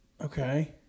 okay